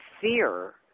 fear